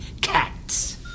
cats